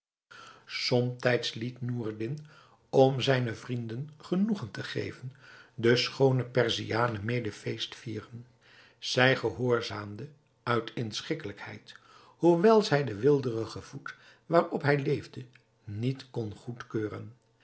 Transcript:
liet noureddin om zijne vrienden genoegen te geven de schoone perziane mede feest vieren zij gehoorzaamde uit inschikkelijkheid hoewel zij den weelderigen voet waarop hij leefde niet kon goedkeuren